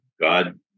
God